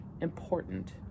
important